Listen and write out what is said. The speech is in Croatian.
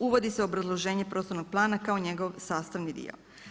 Uvodi se obrazloženje prostornog plana kao njegov sastavni dio.